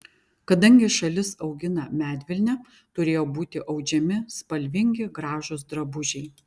kadangi šalis augina medvilnę turėjo būti audžiami spalvingi gražūs drabužiai